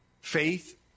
Faith